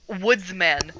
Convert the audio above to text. woodsman